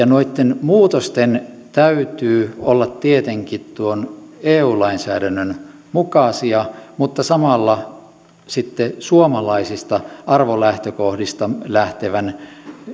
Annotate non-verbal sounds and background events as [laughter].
[unintelligible] noitten muutosten täytyy olla tietenkin tuon eu lainsäädännön mukaisia mutta samalla sitten suomalaisista arvolähtökohdista lähtevän